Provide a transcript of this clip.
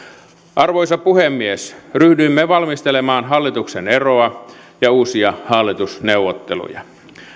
arvoisa puhemies ryhdyimme valmistelemaan hallituksen eroa ja uusia hallitusneuvotteluja